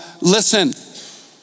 listen